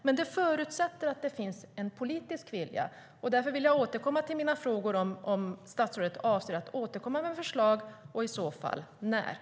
Men det förutsätter att det finns en politisk vilja.